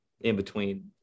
in-between